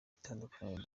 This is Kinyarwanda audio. itandukaniro